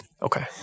Okay